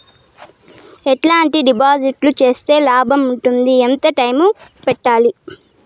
ఎట్లాంటి డిపాజిట్లు సేస్తే లాభం ఉంటుంది? ఎంత టైము పెట్టాలి?